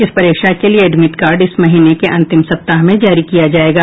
इस परीक्षा के लिये एडमिट कार्ड इस महीने के अंतिम सप्ताह में जारी किया जायेगा